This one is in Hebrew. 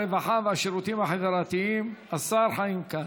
הרווחה והשירותים החברתיים השר חיים כץ.